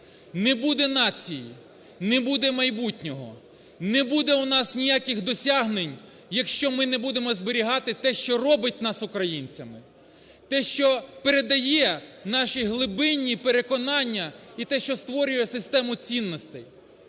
Не буде нації – не буде майбутнього, не буде в нас ніяких досягнень, якщо ми не будемо зберігати те, що робить нас українцями, те, що передає наші глибинні переконання і те, що створює систему цінностей.